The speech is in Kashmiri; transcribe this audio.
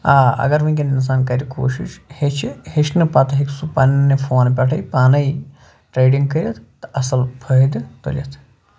آ اَگر وٕنۍکٮ۪ن اِنسان کَرِ کوٗشِش ہیٚچھِ ہیٚچھنہٕ پَتہٕ ہیٚکہِ سُہ پنٛنہِ فونہٕ پٮ۪ٹھٕے پانَے ٹرٛیڈِنٛگ کٔرِتھ تہٕ اَصٕل فٲہدٕ تُلِتھ